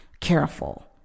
careful